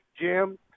Jim